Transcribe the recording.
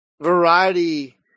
variety